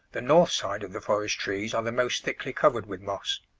the north side of the forest trees are the most thickly covered with moss.